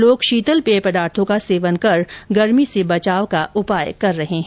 लोग शीतल पेय पदार्थो का सेवन कर गर्मी से बचाव का उपाय कर रहे है